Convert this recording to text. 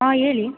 ಹಾಂ ಹೇಳಿ